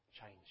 change